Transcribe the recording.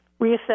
reassess